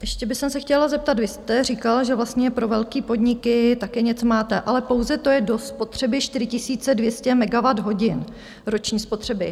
Ještě bych se chtěla zeptat vy jste říkal, že vlastně pro velké podniky také něco máte, ale pouze to je do spotřeby 4 200 megawatthodin roční spotřeby.